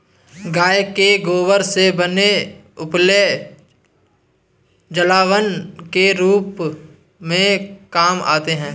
गाय के गोबर से बने उपले जलावन के रूप में काम आते हैं